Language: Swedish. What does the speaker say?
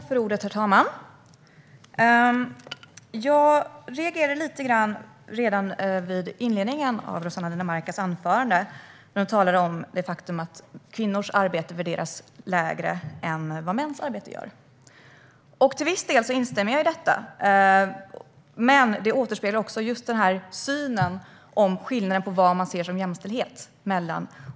Herr talman! Jag reagerade lite grann redan i inledningen av Rossana Dinamarcas anförande, då hon talade om att kvinnors arbete värderas lägre än mäns arbete. Till viss del instämmer jag i detta, men det återspeglar också skillnaderna mellan oss båda när det gäller vad vi ser som jämställdhet.